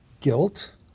guilt